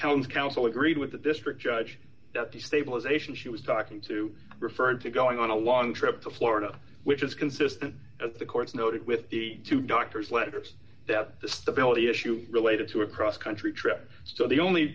appellant counsel agreed with the district judge that the stabilization she was talking to referred to going on a long trip to florida which is consistent with the court's noted with the two doctors letters that the stability issue related to a cross country trip so the only